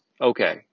okay